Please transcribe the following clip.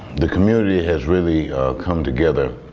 the community has really come together.